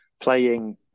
playing